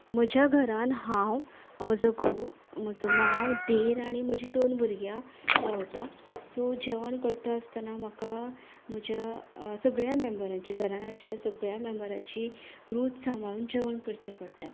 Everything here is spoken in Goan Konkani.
म्हज्या घरांत हांव म्हजो घोव म्हजो मांव देर आनी म्हजी दोन भुरग्यां रावतात सो जेवण करता आसतना म्हाका म्हज्या सगळ्या मेम्बरांची घरांत आशिल्ल्यां सगळ्या मेम्बरांची रूच सांबाळून जेवण करचें पडटा